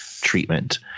treatment